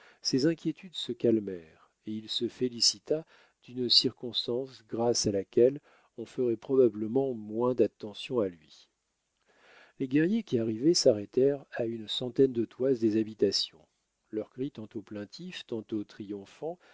ses inquiétudes se calmèrent et il se félicita d'une circonstance grâce à laquelle on ferait probablement moins d'attention à lui les guerriers qui arrivaient s'arrêtèrent à une centaine de toises des habitations leurs cris tantôt plaintifs tantôt triomphants